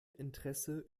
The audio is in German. interesse